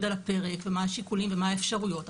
על הפרק ומה השיקולים ומה האפשרויות.